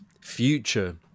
future